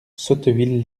sotteville